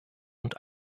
und